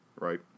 right